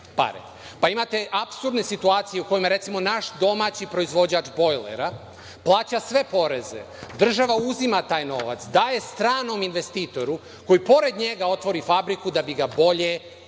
Pa imate apsurdne situacije u kojima recimo naš domaći proizvođač bojlera plaća sve obaveze. Država uzima taj novac, daje stranom investitoru koji pored njega otvori fabriku da bi ga bolje ugasio.